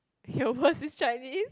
your worst is Chinese